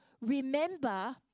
remember